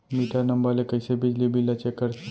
Metre number ले कइसे बिजली बिल ल चेक करथे?